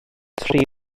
tri